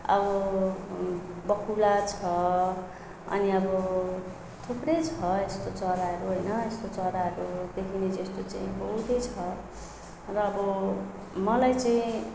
अब बकुला छ अनि अब थुप्रै छ यस्तो चराहरू होइन यस्तो चराहरू देखिने चेस्टा चाहिँ बहुतै छ र अब मलाई चाहिँ